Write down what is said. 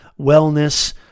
wellness